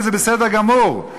וזה בסדר גמור.